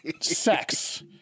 sex